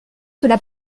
cela